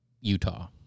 Utah